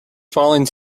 falling